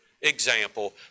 example